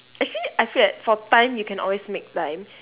actually I feel like for time you can always make time